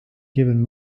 given